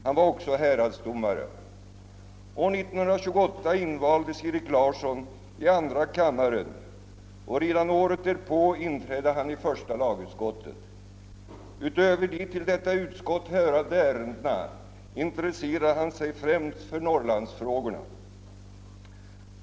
Han var också häradsdomare. År 1958 invaldes Erik Larsson i andra kammaren, och redan året därpå inträdde han i första lagutskottet. Utöver de till detta utskott hörande ärendena intresserade han sig främst för Norrlandsfrågorna.